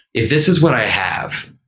if this is what i have,